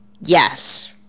Yes